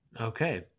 okay